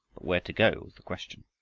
where to go was the question.